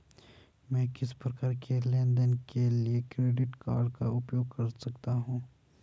मैं किस प्रकार के लेनदेन के लिए क्रेडिट कार्ड का उपयोग कर सकता हूं?